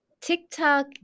TikTok